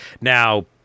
Now